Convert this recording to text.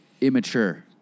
Immature